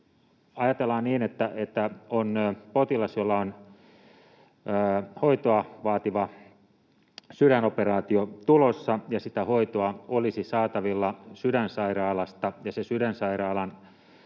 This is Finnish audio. Ajatellaan niin, että on potilas, jolla on hoitoa vaativa sydänoperaatio tulossa, ja sitä hoitoa olisi saatavilla Sydänsairaalasta, ja se Sydänsairaalan